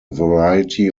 variety